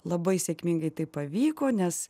labai sėkmingai tai pavyko nes